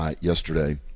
yesterday